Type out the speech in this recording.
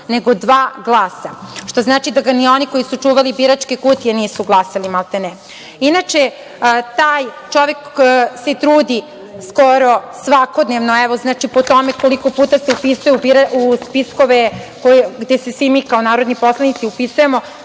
nego dva glasa, što znači da ni oni što su čuvali biračke kutije nisu glasali, maltene. Inače, taj čovek se trudi skoro svakodnevno po tome koliko puta se upisuje u spiskove gde se svi mi kao narodni poslanici upisujemo.